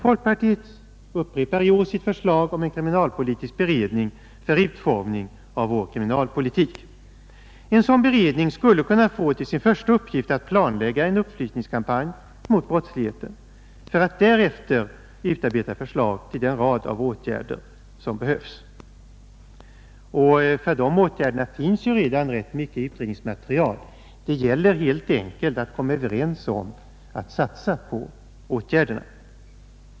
Folkpartiet upprepar i år sitt förslag om en kriminalpolitisk beredning för utformning av vår kriminalpolitik. En sådan beredning skulle kunna få till sin första uppgift att planlägga en upplysningskampanj mot brottsligheten för att därefter utarbeta förslag till den rad av åtgärder som behövs. För dessa åtgärder finns det redan rätt mycket utredningsmaterial, det gäller helt enkelt att komma överens om att satsa på åtgärderna.